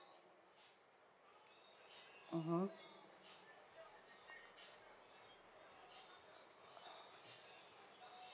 mmhmm